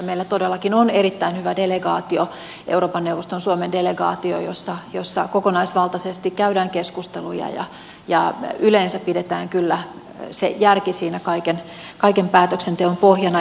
meillä todellakin on erittäin hyvä delegaatio euroopan neuvoston suomen delegaatio jossa kokonaisvaltaisesti käydään keskusteluja ja yleensä pidetään kyllä se järki siinä kaiken päätöksenteon pohjana